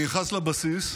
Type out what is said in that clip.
אני נכנס לבסיס,